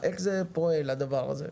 איך פועל הדבר הזה?